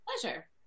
Pleasure